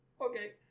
okay